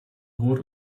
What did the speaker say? rot